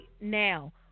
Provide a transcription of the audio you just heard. now